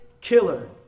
killer